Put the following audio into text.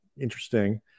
interesting